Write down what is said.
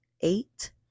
eight